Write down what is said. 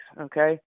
Okay